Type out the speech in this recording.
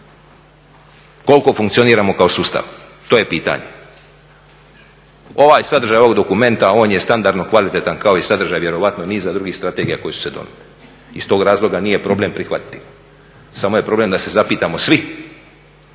Koliko funkcioniramo kao sustav, to je pitanje. Ovaj sadržaj ovog dokumenta on je standardno kvalitetan kao i sadržaj vjerojatno i niza drugih strategija koje su se donijele. Iz tog razloga nije problem prihvatiti, samo je problem da se zapitamo svi,